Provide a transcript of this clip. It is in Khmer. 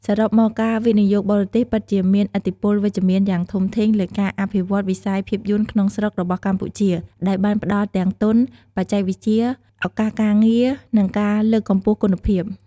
សរុបមក ការវិនិយោគបរទេសពិតជាមានឥទ្ធិពលវិជ្ជមានយ៉ាងធំធេងលើការអភិវឌ្ឍវិស័យភាពយន្តក្នុងស្រុករបស់កម្ពុជា ដោយបានផ្ដល់ទាំងទុន បច្ចេកវិទ្យា ឱកាសការងារ និងការលើកកម្ពស់គុណភាព។